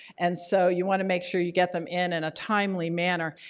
and so, you want to make sure you get them in, in a timely manner.